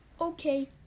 okay